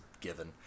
given